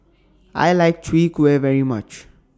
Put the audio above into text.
I like Chwee Kueh very much